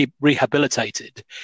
rehabilitated